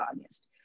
august